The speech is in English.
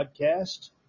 podcast